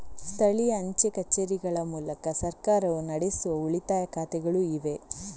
ಸ್ಥಳೀಯ ಅಂಚೆ ಕಚೇರಿಗಳ ಮೂಲಕ ಸರ್ಕಾರವು ನಡೆಸುವ ಉಳಿತಾಯ ಖಾತೆಗಳು ಇವೆ